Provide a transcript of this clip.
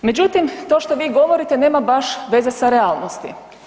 Međutim, to što vi govorite nema baš veze sa realnosti.